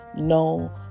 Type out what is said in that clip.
No